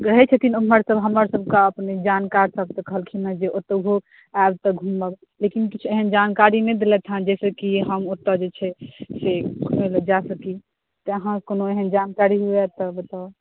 रहै छथिन ओमहर हमर सबहक अपने जानकार सब देखलखिन अय जे ओतो आयब तऽ घुमब लेकिन किछु ओहेन जानकारी नहि देलथि हॅं जे कि हम ओतय घुमै लय जा सकी अहाँके कोनो ओहेन जानकारी मिलय तऽ बताउ